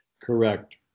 Correct